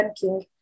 king